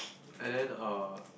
and then uh